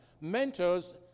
Mentors